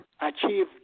achieve